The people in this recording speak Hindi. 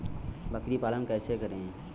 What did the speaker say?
बकरी पालन कैसे करें?